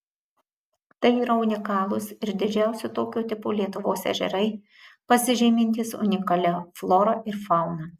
tai yra unikalūs ir didžiausi tokio tipo lietuvos ežerai pasižymintys unikalia flora ir fauna